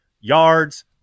yards